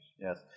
Yes